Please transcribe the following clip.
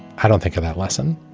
i don't think of that lesson.